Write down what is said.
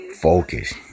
focus